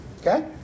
okay